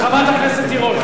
חברת הכנסת תירוש.